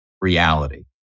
reality